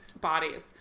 Bodies